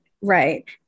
Right